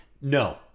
No